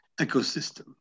ecosystem